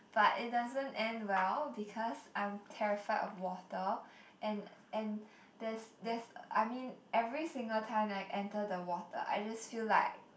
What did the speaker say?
but it doesn't end well because I'm terrified of water and and there's there's I mean every single time that I enter the water I just feel like